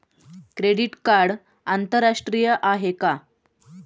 Credit card आंतरराष्ट्रीय आहे का?